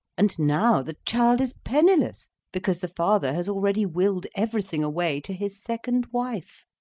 and now the child is penniless because the father has already willed everything away to his second wife.